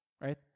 right